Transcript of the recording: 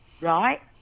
right